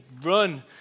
run